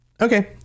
Okay